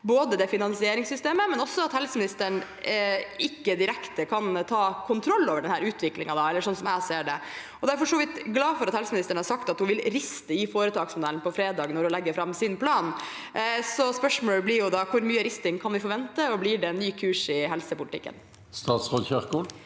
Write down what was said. at ikke finansieringssystemet, men heller ikke helseministeren kan ta direkte kontroll over denne utviklingen, slik som jeg ser det. Jeg er for så vidt glad for at helseministeren har sagt at hun vil riste i foretaksmodellen på fredag, når hun legger fram sin plan. Spørsmålet blir da: Hvor mye risting kan vi forvente, og blir det en ny kurs i helsepolitikken?